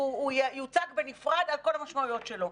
הוא יוצג בנפרד על כל המשמעויות שלו.